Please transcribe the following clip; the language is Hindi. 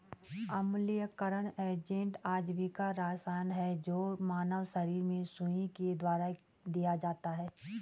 अम्लीयकरण एजेंट अजैविक रसायन है जो मानव शरीर में सुई के द्वारा दिया जाता है